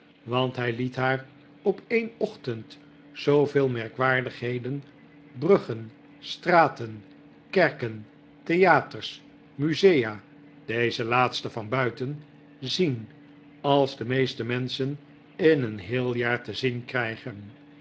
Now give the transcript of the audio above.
want hij liet haar op een ochtend zooveel merkwaardigheden bruggen straten kerken theaters musea deze laatsten van buiten zien als de meeste menschen in een heel jaar te zien krijgen